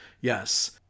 Yes